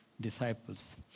disciples